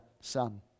son